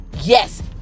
Yes